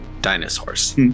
dinosaurs